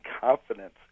confidence